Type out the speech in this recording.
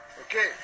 Okay